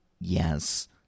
Yes